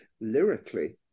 lyrically